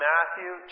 Matthew